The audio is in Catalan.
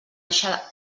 eixa